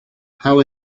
how